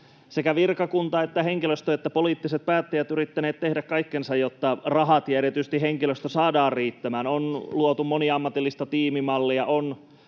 sekä virkakunta että henkilöstö että poliittiset päättäjät yrittäneet tehdä kaikkensa, jotta rahat ja erityisesti henkilöstö saadaan riittämään. On luotu moniammatillista tiimimallia, on